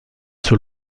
sur